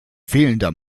fehlender